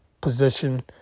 position